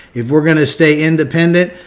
if we're going to stay independent,